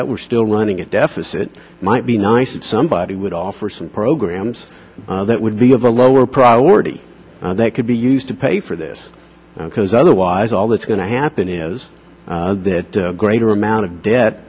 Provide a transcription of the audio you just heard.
debt we're still running a deficit might be nice if somebody would offer some programs that would be of a lower priority that could be used to pay for this because otherwise all that's going to happen is that a greater amount of debt